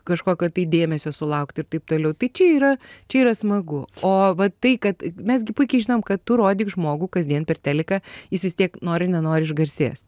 kažkokio tai dėmesio sulaukt ir taip toliau tai čia yra čia yra smagu o va tai kad mes gi puikiai žinom kad tu rodyk žmogų kasdien per teliką jis vis tiek nori nenori išgarsės